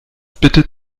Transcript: bitte